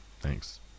thanks